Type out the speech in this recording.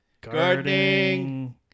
Gardening